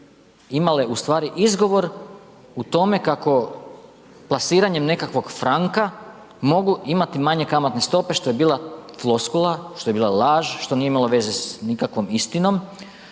imale ustvari izgovor u tome kako plasiranjem nekakvog franka, mogu imati manje kamatne stope, što je bila floskula, što je bila laž, što nije imalo veze s nikakvom istinom